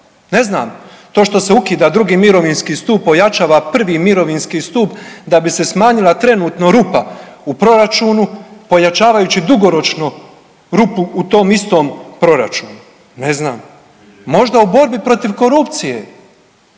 ne znam. To što se ukida II. mirovinski stup, pojačava I. mirovinski stup da bi se smanjila trenutno rupa u proračunu pojačavajući dugoročno rupu u tom istom proračunu, ne znam. Možda u borbi protiv korupcije.